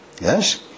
yes